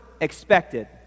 expected